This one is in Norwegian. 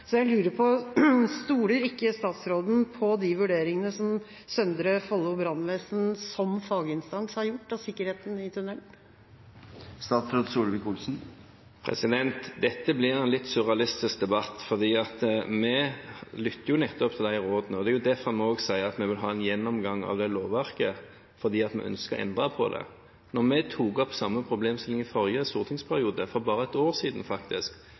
Så jeg lurer på: Stoler ikke statsråden på de vurderingene som Søndre Follo Brannvesen som faginstans har gjort av sikkerheten i tunnelen? Dette blir en litt surrealistisk debatt, for vi lytter jo nettopp til de rådene. Det er derfor vi også sier at vi vil ha en gjennomgang av lovverket, fordi vi ønsker å endre på det. Når vi tok opp samme problemstilling i forrige stortingsperiode, for bare ett år siden faktisk,